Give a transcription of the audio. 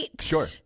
Sure